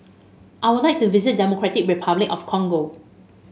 I would like to visit Democratic Republic of Congo